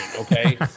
okay